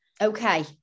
okay